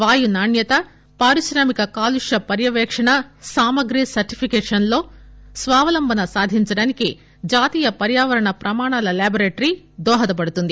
వాయు నాణ్యత పారిశ్రామిక కాలుష్య పర్యవేక్షణ సామగ్రి సర్టిఫికేషన్లో స్వావలంబన సాధించేందుకు జాతీయ పర్యావరణ ప్రమాణాల లెబొరెటరీ దోహదపడుతుంది